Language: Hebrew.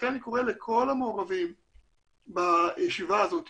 לכן אני קורא לכל המעורבים בישיבה הזאת